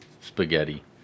spaghetti